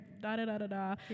da-da-da-da-da